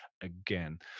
again